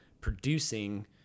producing